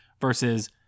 versus